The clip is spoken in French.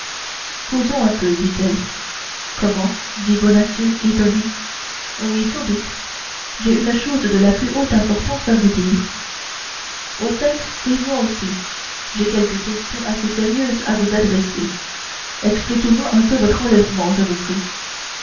causons un peu dit-elle comment dit bonacieux étonné oui sans doute j'ai une chose de la plus haute importance à vous dire au fait et moi aussi j'ai quelques questions assez sérieuses à vous adresser expliquez-moi un peu votre enlèvement je vous prie